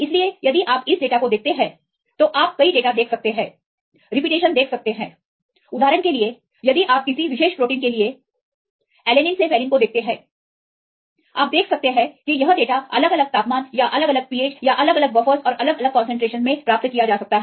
इसलिए यदि आप इस डेटा को देखते हैं तो आप कई डेटा देख सकते हैं रिपीटेशन देख सकते हैं उदाहरण के लिए यदि आप किसी विशेष प्रोटीन के लिए एलेनिन से वेलिन को देखते हैं आप देख सकते हैं कि यह डेटा अलग अलग तापमान या अलग अलग pH या अलग अलग बफरस और अलग अलग कंसंट्रेशन में प्राप्त किया जा सकता है